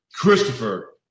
Christopher